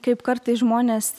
kaip kartais žmonės